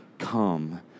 come